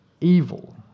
evil